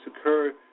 occur